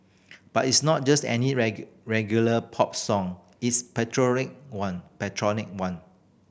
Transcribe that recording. but it's not just any regular pop song is patriotic one patriotic one